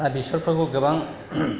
बेसरखौबो गोबां